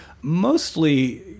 mostly